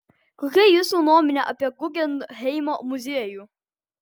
kokia jūsų nuomonė apie guggenheimo muziejų